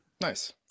nice